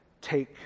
take